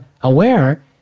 aware